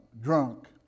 drunk